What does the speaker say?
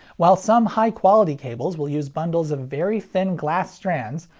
while some high-quality cables will use bundles of very thin glass strands,